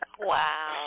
Wow